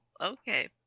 okay